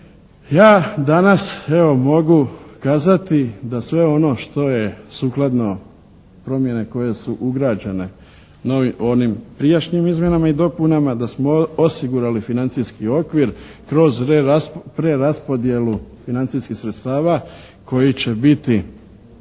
Ja danas evo mogu kazati da sve ono što je sukladno promjene koje su ugrađene onim prijašnjim izmjenama i dopunama da smo osigurali financijski okvir kroz preraspodjelu financijskih sredstava koji će biti